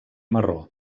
marró